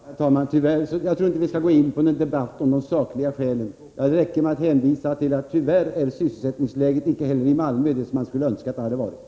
Herr talman! Jag tror inte att vi skall gå in på en debatt om de sakliga skälen. Det räcker med att hänvisa till att tyvärr är sysselsättningsläget icke heller i Malmö det som man skulle önska att det hade varit.